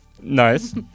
Nice